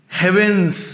heavens